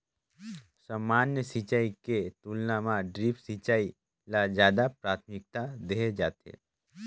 सामान्य सिंचाई के तुलना म ड्रिप सिंचाई ल ज्यादा प्राथमिकता देहे जाथे